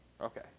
Okay